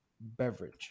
beverage